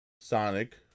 Sonic